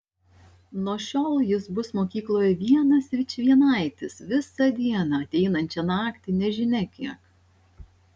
nuo šiol jis bus mokykloje vienas vičvienaitis visą dieną ateinančią naktį nežinia kiek